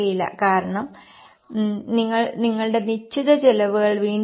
കാരണം നിങ്ങൾ നിങ്ങളുടെ നിശ്ചിത ചെലവുകൾ വീണ്ടെടുത്തു